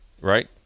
right